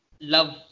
Love